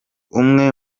umwe